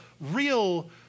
real